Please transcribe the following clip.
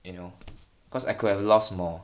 you know cause I could have lost more